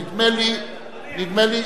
אדוני,